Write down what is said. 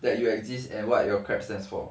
that you exist and what your crab stand for